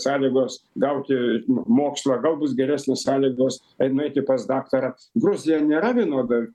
sąlygos gauti m mokslą gal bus geresnės sąlygos ei nueiti pas daktarą gruzija nėra vienoda